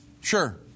Sure